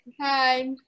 Hi